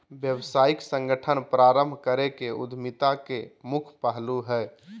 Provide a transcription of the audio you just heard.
व्यावसायिक संगठन प्रारम्भ करे के उद्यमिता के मुख्य पहलू हइ